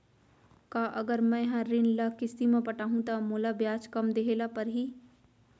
का अगर मैं हा ऋण ल किस्ती म पटाहूँ त मोला ब्याज कम देहे ल परही?